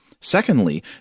Secondly